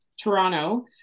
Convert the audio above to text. Toronto